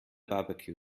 barbecue